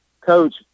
coach